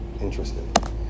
interested